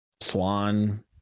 Swan